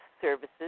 services